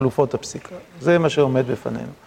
חלופות הפסיקה, זה מה שעומד בפניהם.